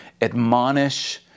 admonish